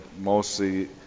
mostly